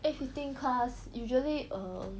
eight fifteen class usually err